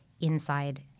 inside